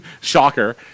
Shocker